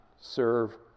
serve